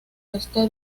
este